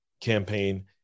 campaign